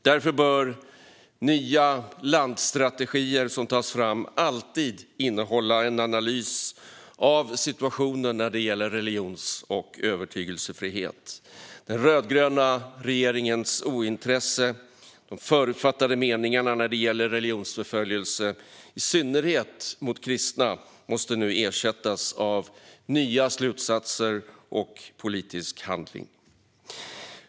Därför bör nya landstrategier som tas fram alltid innehålla en analys av situationen när det gäller religions och övertygelsefrihet. Den rödgröna regeringens ointresse och förutfattade meningar när det gäller religionsförföljelse, i synnerhet mot kristna, måste nu ersättas av nya slutsatser och politisk handling.